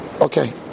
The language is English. Okay